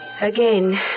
Again